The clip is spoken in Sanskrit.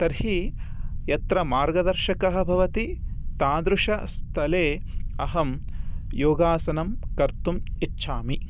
तर्हि यत्र मार्गदर्शकः भवति तादृशः स्थले अहं योगासनं कर्तुम् इच्छामि